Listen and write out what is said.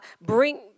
bring